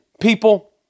people